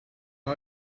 eye